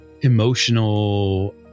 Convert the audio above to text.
emotional